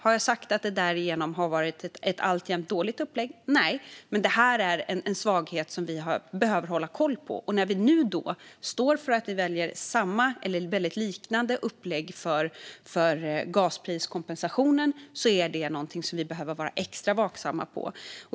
Har jag sagt att det har varit ett alltigenom dåligt upplägg? Nej, men det här är en svaghet som man behöver hålla koll på. Regeringen står för att vi väljer samma - eller ett liknande - upplägg för gaspriskompensationen, och då är det också någonting vi behöver vara extra vaksamma på.